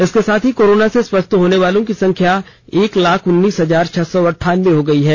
इसके साथ ही कोरोना से स्वस्थ होने वालों की संख्या एक लाख उन्नीस हजार छह सौ अंठानबे हो गई है